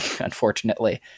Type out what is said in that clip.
unfortunately